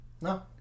No